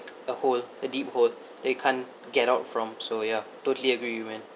a hole a deep hole that you can't get out from so ya totally agree with you man